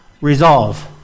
resolve